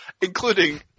including